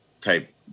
type